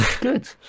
good